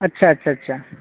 اچھا اچھا اچھا